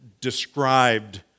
described